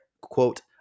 quote